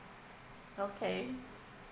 okay